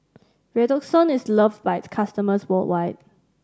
Redoxon is loved by its customers worldwide